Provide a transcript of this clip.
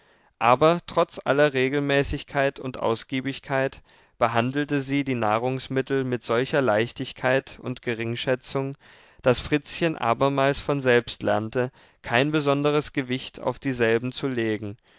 aber trotz aller regelmäßigkeit und ausgiebigkeit behandelte sie die nahrungsmittel mit solcher leichtigkeit und geringschätzung daß fritzchen abermals von selbst lernte kein besonderes gewicht auf dieselben zu legen